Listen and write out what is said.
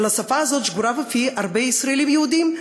אלא השפה הזאת שגורה בפי הרבה ישראלים יהודים,